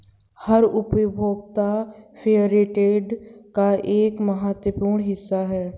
हर उपभोक्ता फेयरट्रेड का एक महत्वपूर्ण हिस्सा हैं